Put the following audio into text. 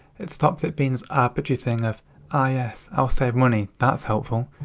it stops it being this arbitrary thing of ah yes, i'll save money, that's helpful.